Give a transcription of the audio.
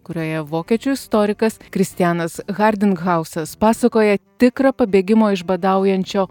kurioje vokiečių istorikas kristianas hardinghausas pasakoja tikrą pabėgimo iš badaujančio